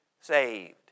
saved